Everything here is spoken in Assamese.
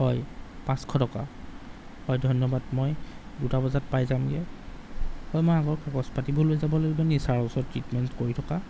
হয় পাঁচশ টকা হয় ধন্যবাদ মই দুটা বজাত পাই যামগৈ হয় মই আগৰ কাগজপাতিবোৰ লৈ যাব লাগিব নেকি ছাৰৰ ওচৰত ট্ৰিটমেণ্ট কৰি থকা